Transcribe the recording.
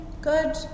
good